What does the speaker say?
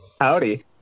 Howdy